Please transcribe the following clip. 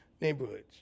neighborhoods